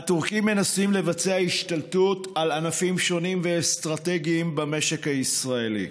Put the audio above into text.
הטורקים מנסים לבצע השתלטות על ענפים שונים ואסטרטגיים במשק הישראלי,